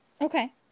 Okay